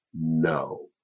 No